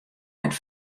net